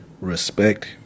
respect